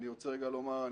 ואני רוצה רגע לומר,